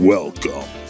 Welcome